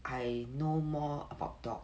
I know more about dog